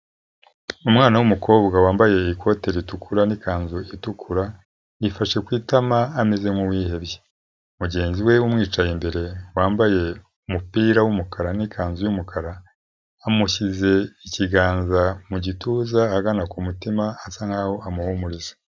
Umwana w'umukobwa wambaye ikote ritukura n'ikanzu itukura, yifashe ku itama ameze nk'uwihebye. Mugenzi we umwicaye imbere wambaye umupira w'umukara n'ikanzu y'umukara amushyize ikiganza mu gituza ahagana ku mutima asa nk'aho amuhumuriza.